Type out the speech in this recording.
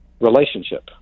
relationship